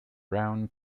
brown